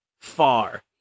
far